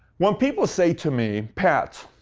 when people say to me, pat,